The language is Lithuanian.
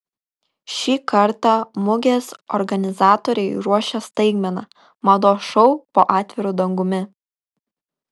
šį kartą mugės organizatoriai ruošia staigmeną mados šou po atviru dangumi